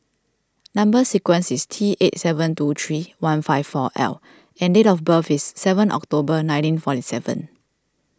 Number Sequence is T eight seven two three one five four L and date of birth is seven October nineteen forty seven